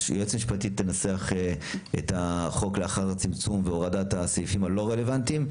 היועצת המשפטית תנסח את החוק לאחר הצמצום והורדת הסעיפים הלא רלוונטיים.